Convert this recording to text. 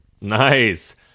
Nice